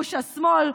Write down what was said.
בגוש השמאל.